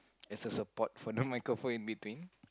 as a support for the microphone in between